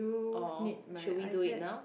or should we do it now